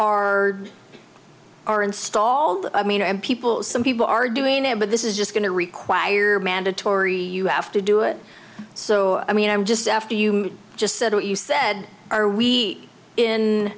are installed i mean and people some people are doing it but this is just going to require mandatory you have to do it so i mean i'm just after you just said what you said are we in